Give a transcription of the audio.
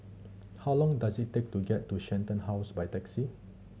how long does it take to get to Shenton House by taxi